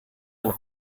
and